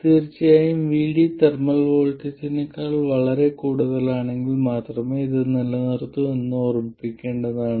തീർച്ചയായും VD thermal വോൾട്ടേജിനേക്കാൾ വളരെ കൂടുതലാണെങ്കിൽ മാത്രമേ ഇത് നിലനിർത്തൂ എന്ന് ഓർമ്മിക്കേണ്ടതാണ്